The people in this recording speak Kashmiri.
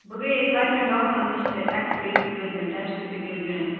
بہٕ گٔیس واریاہن ڈاکٹرَن نِش تہِ اٮ۪کٕٔسرے تہِ کٔر مےٚ ٹیسٹ تہِ کٔرۍ مےٚ